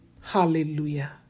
Hallelujah